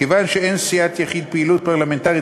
כיוון שאין לסיעת יחיד פעילות פרלמנטרית